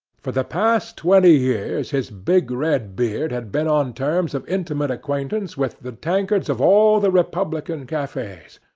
for the past twenty years his big red beard had been on terms of intimate acquaintance with the tankards of all the republican cafes.